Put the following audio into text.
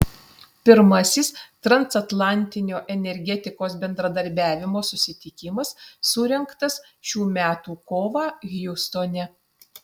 pirmasis transatlantinio energetikos bendradarbiavimo susitikimas surengtas šių metų kovą hjustone